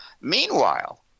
Meanwhile –